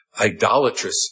idolatrous